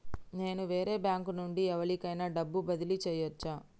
నేను వేరే బ్యాంకు నుండి ఎవలికైనా డబ్బు బదిలీ చేయచ్చా?